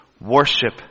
worship